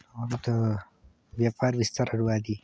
अरू त व्यापार विस्तारहरू आदि